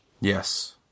Yes